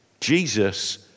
Jesus